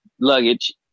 luggage